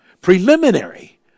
preliminary